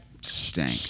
stank